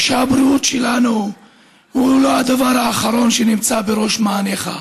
ושהבריאות שלנו היא הדבר האחרון שנמצא בראש מעיינך.